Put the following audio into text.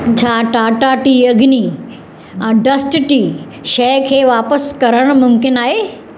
छा Tata tea Agni dust tea शइ खे वापसि करणु मुमकिन आहे